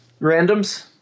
Randoms